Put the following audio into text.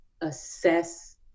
assess